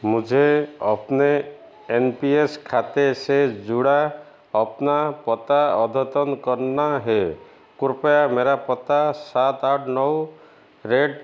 मुझे अपने N P S खाते से जुड़ा अपना पता अद्यतन करना है कृप्या मेरा पता सात आठ नौ रेट